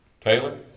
Taylor